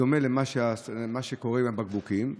בדומה למה שקורה עם הבקבוקים,